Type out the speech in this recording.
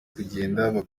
kugenda